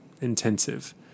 intensive